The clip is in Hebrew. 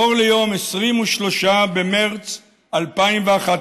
אור ליום 23 במרס 2011,